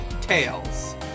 Tails